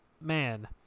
man